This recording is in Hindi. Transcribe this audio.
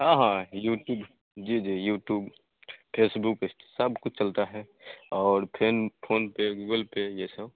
हाँ हाँ यूटूब जी जी यूटूब फेसबुक सब कुछ चलता है और फेन फोनपे गूगल पे ये सब